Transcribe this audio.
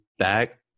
back